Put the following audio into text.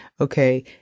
okay